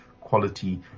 quality